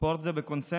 הספורט הוא בקונסנזוס,